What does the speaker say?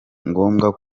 ngombwa